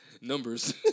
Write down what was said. Numbers